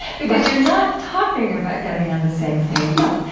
because you're not talking about getting on the same page no.